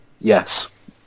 yes